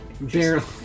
Barely